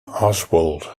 oswald